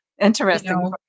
interesting